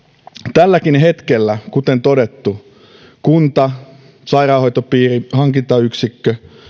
tälläkin hetkellä kuten todettu kunta sairaanhoitopiiri hankintayksikkö